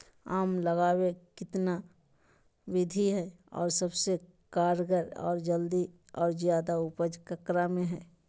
आम लगावे कितना विधि है, और सबसे कारगर और जल्दी और ज्यादा उपज ककरा में है?